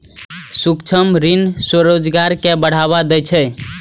सूक्ष्म ऋण स्वरोजगार कें बढ़ावा दै छै